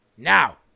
Now